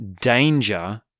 danger